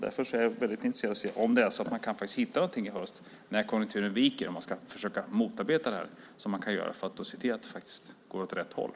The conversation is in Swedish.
Därför är jag väldigt intresserad av att höra om man faktiskt kan hitta någonting i höst när konjunkturen viker och man ska försöka motarbeta det här, som man kan göra, för att se till att det faktiskt går åt rätt håll.